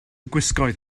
gwisgoedd